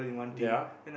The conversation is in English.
there are